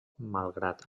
malgrat